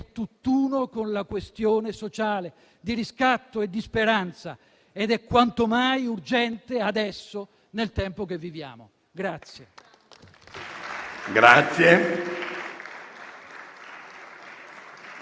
tutt'uno con la questione sociale, di riscatto e di speranza; ed è quanto mai urgente, adesso, nel tempo che viviamo. *(Vivi,